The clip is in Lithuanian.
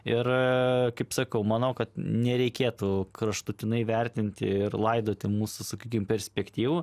ir kaip sakau manau kad nereikėtų kraštutinai vertinti ir laidoti mūsų sakykim perspektyvų